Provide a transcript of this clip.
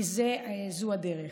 כי זו הדרך.